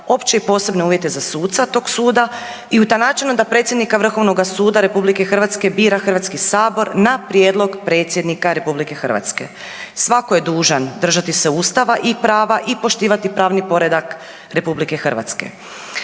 opće i posebne uvjete za suca tog suda i utanačeno je da predsjednika Vrhovnoga suda RH bira Hrvatski sabor na prijedlog predsjednika RH. Svatko je držati se Ustava i prava i poštivati pravni poredak RH.